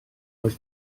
oedd